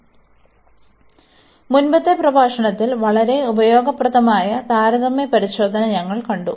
അതിനാൽ മുമ്പത്തെ പ്രഭാഷണത്തിൽ വളരെ ഉപയോഗപ്രദമായ താരതമ്യ പരിശോധന ഞങ്ങൾ കണ്ടു